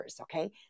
okay